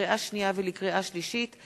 לקריאה שנייה ולקריאה שלישית,